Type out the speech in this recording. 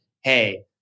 Hey